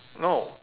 no